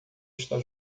está